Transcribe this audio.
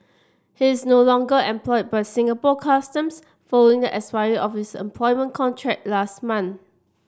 he is no longer employed by Singapore Customs following the expiry of his employment contract last month